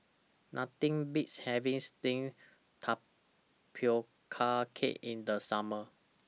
Nothing Beats having Steamed Tapioca Cake in The Summer